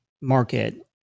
market